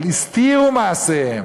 אבל הסתירו מעשיהם,